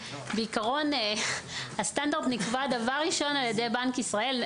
בעיקרון הסטנדרט נקבע דבר ראשון על ידי בנק ישראל..